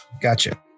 Gotcha